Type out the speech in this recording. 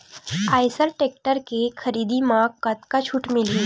Eicher tractor के खरीदी म कतका छूट मिलही?